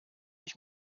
ich